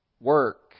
work